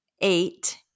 eight